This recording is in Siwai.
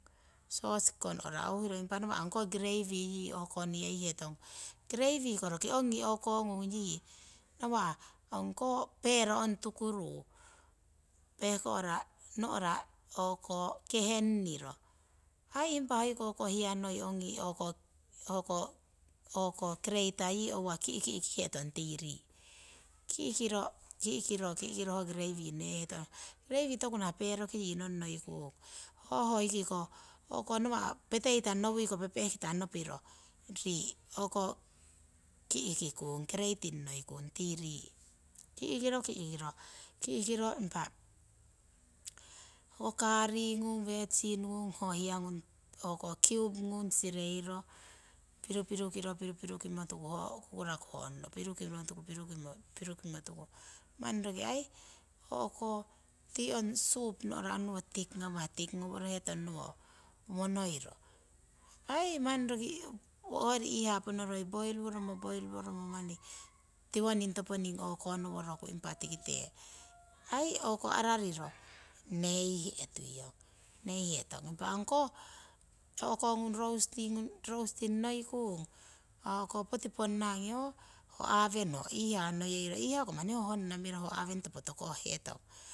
Soski no'ra uuhiro grewi yii neyeihetong, grevi roki ong nawa' ongko pero ong tukuru pehko'ra no'ra kehengniro. Aii ongiko hiyanoi crater yii ki'kihetong ki'kiro ki'kiro ho. grewi neyeihetong toku nah peroki nong noikung, hoi ki'kah peteita nowuiko pehpehkita nopiro rii' ki'kikung cratering noikung tii rii' ki'kiro impa ho kangung virgin ngung. ho hiyangung ho kiupu ngung sireiro pirupirukiro ho kukuraku ongoh pirukimo tuku manni roki aii tii ong supu ongnowo thick nawahnowo monoiro aii manni roki hoyori iihaa. ponoriro poiri woromo manni tiwoning toponing o'konoworoku impa tikite arariro neyi'hetuiyong, neihetong impa ongkoh roasting noirikung poti ponnangi ho aweni iihaa neyeiro. iihaa ko manni ho honna ho aweni topo tokoh hetong.